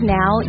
now